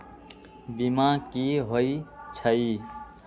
बीमा कि होई छई?